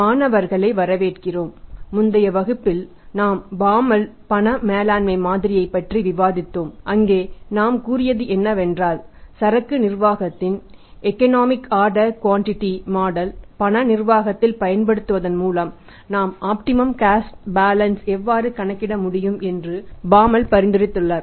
மாணவர்களை வரவேற்கிறோம் முந்தைய வகுப்பில் நாம் பாமால் பரிந்துரைத்துள்ளார்